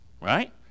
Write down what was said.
right